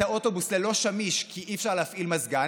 האוטובוס ל"לא שמיש" כי אי-אפשר להפעיל מזגן,